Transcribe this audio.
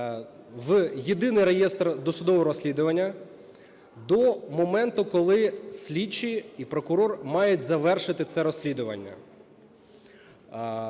в Єдиний реєстр досудового розслідування до моменту, коли слідчий і прокурор мають завершити це розслідування.